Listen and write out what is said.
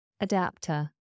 Adapter